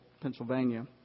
Pennsylvania